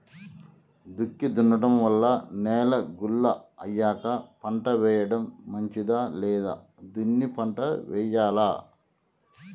దుక్కి దున్నడం వల్ల నేల గుల్ల అయ్యాక పంట వేయడం మంచిదా లేదా దున్ని పంట వెయ్యాలా?